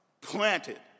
planted